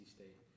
State